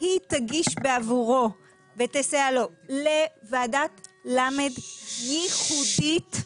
היא תגיש עבורו ותסייע לו בוועדת ל' ייחודית,